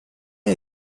are